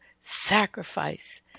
Sacrifice